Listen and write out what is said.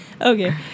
Okay